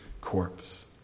corpse